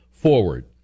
forward